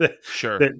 sure